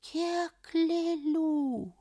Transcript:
kiek lėlių